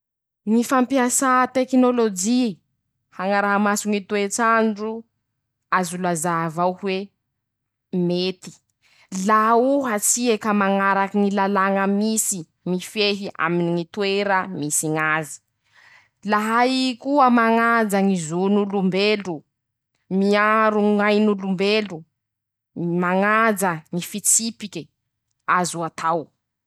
Ñy fampiasà tekinôlôjy hañaraha maso ñy toets'andro. Azo lazaa avao hoe mety, laha ohatsy ie ka mañaraky ñy lalàña misy, mifehy aminy ñy toera misy ñazy, laha ii koa mañajà ñy zon'olombelo, miaro ñain'olombelo, mañajà ñy fitsipiky azo atao.